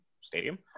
stadium